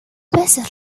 veces